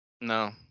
No